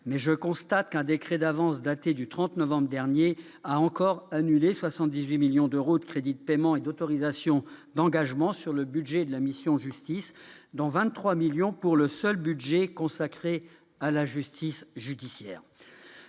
toutefois qu'un décret d'avance, daté du 30 novembre dernier, a encore annulé 78 millions d'euros de crédits de paiement et d'autorisations d'engagement sur le budget de la mission « Justice », dont 23 millions d'euros pour le seul budget consacré à la « Justice judiciaire